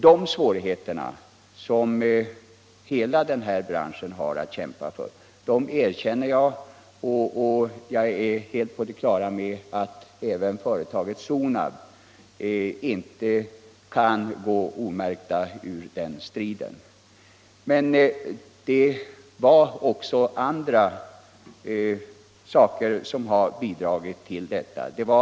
De svårigheterna, som hela den här branschen har att kämpa med, erkänner jag, och jag är helt på det klara med att inte heller företaget Sonab kan gå omärkt ur den striden. Men det finns också andra saker som har bidragit till det nuvarande läget.